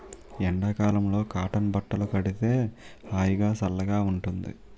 ఎండ కాలంలో కాటన్ బట్టలు కడితే హాయిగా, సల్లగా ఉంటుంది